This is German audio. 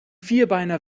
vierbeiner